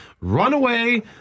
Runaway